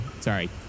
sorry